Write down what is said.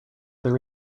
their